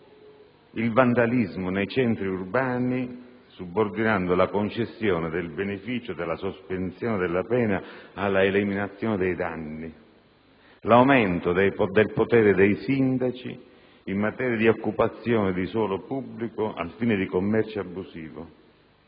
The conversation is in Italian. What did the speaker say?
il vandalismo nei centri urbani, subordinando la concessione del beneficio della sospensione della pena all'eliminazione dei danni, l'aumento del potere dei sindaci in materia di occupazione di suolo pubblico al fine di commercio abusivo,